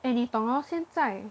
and 你懂 hor 现在